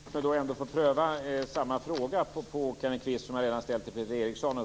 Herr talman! Låt oss föra den debatten, och låt mig få pröva samma fråga på Kenneth Kvist som jag redan har ställt till Peter Eriksson.